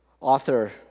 author